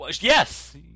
yes